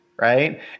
Right